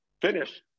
Finish